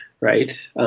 right